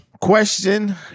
Question